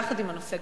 יחד עם הנושא,